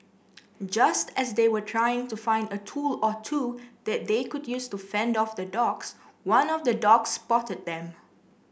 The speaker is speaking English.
just as they were trying to find a tool or two that they could use to fend off the dogs one of the dogs spotted them